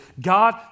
God